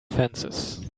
fences